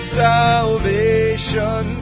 salvation